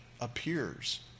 appears